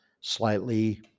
slightly